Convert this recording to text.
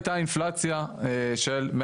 הייתה אינפלציה של ,